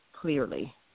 clearly